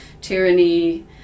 tyranny